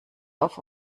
auf